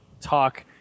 talk